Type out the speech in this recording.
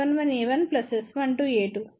కాబట్టి S12 a2